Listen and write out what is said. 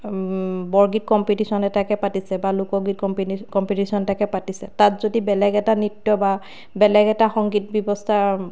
বৰগীত competition এটাকে পাতিছে বা লোকগীত কম্পি কম্পিটিশ্যন এটাকে পাতিছে তাত যদি বেলেগ এটা নৃত্য বা বেলেগ এটা সংগীত ব্যৱস্থা